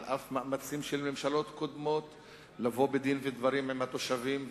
על אף מאמצים של ממשלות קודמות לבוא בדין ודברים עם התושבים,